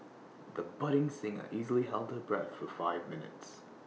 the budding singer easily held her breath for five minutes